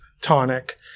tonic